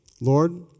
Lord